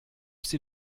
sie